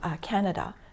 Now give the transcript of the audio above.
Canada